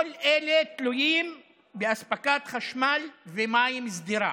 כל זה תלוי באספקת חשמל ומים סדירה.